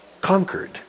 conquered